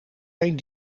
geen